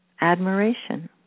admiration